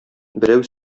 берәү